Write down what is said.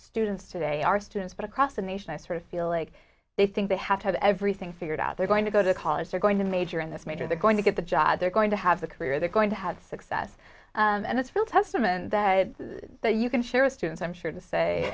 students today are students but across the nation i sort of feel like they think they have to have everything figured out they're going to go to college they're going to major in this major they're going to get the job they're going to have the career they're going to have success and that's real testament that you can show students i'm sure to say